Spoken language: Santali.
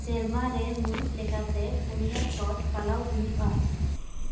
ᱥᱮᱨᱢᱟᱨᱮ ᱢᱩᱲᱩᱫ ᱞᱮᱠᱟᱛᱮ ᱯᱩᱱᱭᱟ ᱪᱷᱚᱴ ᱯᱟᱞᱟᱣ ᱦᱩᱭᱩᱜᱼᱟ